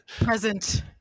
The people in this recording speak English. Present